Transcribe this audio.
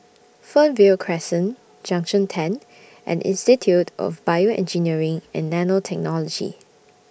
Fernvale Crescent Junction ten and Institute of Bioengineering and Nanotechnology